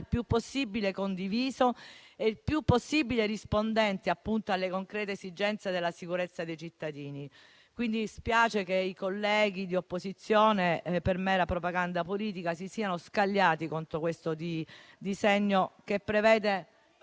il più possibile condiviso e rispondente alle concrete esigenze della sicurezza dei cittadini. Spiace quindi che i colleghi di opposizione, per mera propaganda politica, si siano scagliati contro questo disegno… *(Commenti).*